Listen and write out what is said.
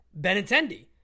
Benintendi